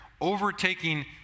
overtaking